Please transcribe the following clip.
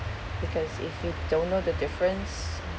because if you don't know the difference